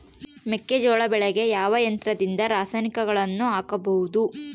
ಮೆಕ್ಕೆಜೋಳ ಬೆಳೆಗೆ ಯಾವ ಯಂತ್ರದಿಂದ ರಾಸಾಯನಿಕಗಳನ್ನು ಹಾಕಬಹುದು?